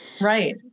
right